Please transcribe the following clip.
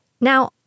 Now